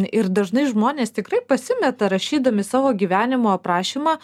ir dažnai žmonės tikrai pasimeta rašydami savo gyvenimo aprašymą